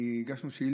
אני הגשתי שאילתה.